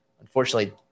unfortunately